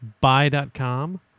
Buy.com